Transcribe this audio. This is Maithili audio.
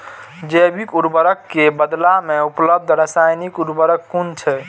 जैविक उर्वरक के बदला में उपलब्ध रासायानिक उर्वरक कुन छै?